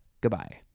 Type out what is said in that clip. Goodbye